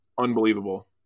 unbelievable